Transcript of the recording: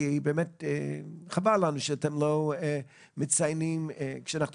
חבל לנו שאתם לא מציינים -- חיכינו